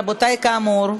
רבותי, כאמור,